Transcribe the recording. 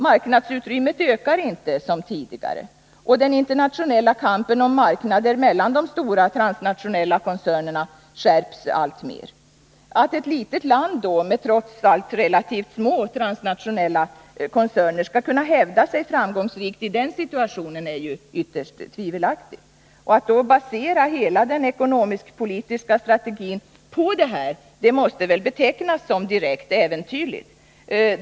Marknadsutrymmet ökar inte som tidigare, och den internationella kampen om marknader mellan de stora transnationella koncernerna skärps ;; å Zz ning) alltmer. Att ett litet land med trots allt relativt små transnationella koncerner skall kunna hävda sig framgångsrikt i den situationen är ju ytterst tvivelaktigt. Att då basera hela den ekonomisk-politiska strategin på detta måste väl betecknas som direkt äventyrligt.